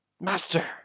master